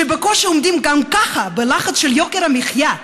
שבקושי עומדים גם ככה בלחץ של יוקר המחיה,